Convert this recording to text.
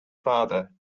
father